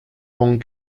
von